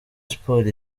sports